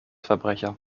verbrecher